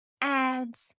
ads